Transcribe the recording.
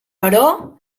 però